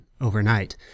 overnight